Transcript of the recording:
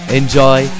enjoy